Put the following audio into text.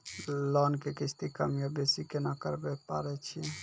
Loan के किस्ती कम या बेसी केना करबै पारे छियै?